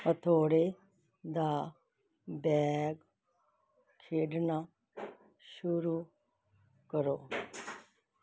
ਹਥੌੜੇ ਦਾ ਬੈਗ ਖੇਡਣਾ ਸ਼ੁਰੂ ਕਰੋ